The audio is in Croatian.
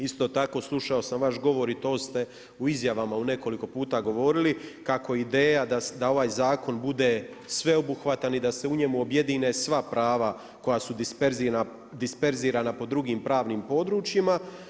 Isto tako slušao sam vaš govor i to ste u izjavama u nekoliko puta govorili, kao ideja da ovaj zakon bude sveobuhvatan i da se u njemu objedine sva prava koja su disperzirana po drugim pravnim područjima.